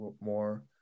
more